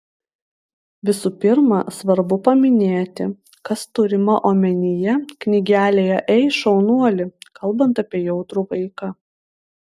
visų pirma svarbu paminėti kas turima omenyje knygelėje ei šaunuoli kalbant apie jautrų vaiką